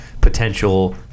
potential